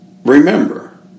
Remember